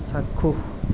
চাক্ষুষ